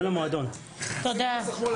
תודה.